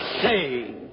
say